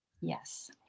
Yes